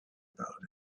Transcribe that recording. about